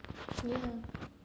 ya